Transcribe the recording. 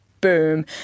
boom